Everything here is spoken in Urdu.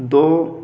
دو